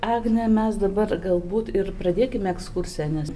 agne mes dabar galbūt ir pradėkime ekskursiją nes